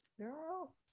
girl